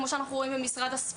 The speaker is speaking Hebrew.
כמו שאנחנו רואים במשרד הספורט.